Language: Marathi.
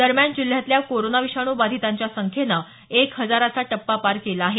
दरम्यान जिल्ह्यातल्या कोरोना विषाणू बाधितांच्या संख्येनं एक हजाराचा टप्पा पार केला आहे